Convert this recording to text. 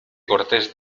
cortes